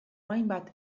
hainbat